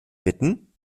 bitten